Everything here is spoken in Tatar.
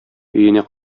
өенә